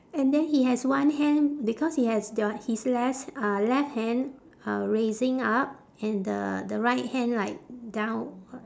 and then he has one hand because he has th~ his left uh left hand uh raising up and the the right hand like down